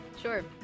sure